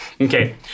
Okay